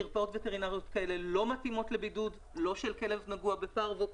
מרפאות וטרינריות כאלה לא מתאימות לבידוד לא של כלב נגוע בפרוו וירוס,